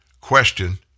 question